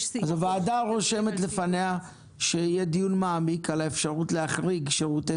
הוועדה רושמת לפניה שיהיה דיון מעמיק על האפשרות להחריג שירותי